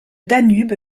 danube